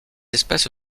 espèce